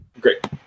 Great